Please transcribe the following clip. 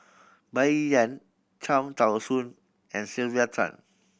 Bai Yan Cham Tao Soon and Sylvia Tan